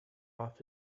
off